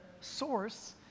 source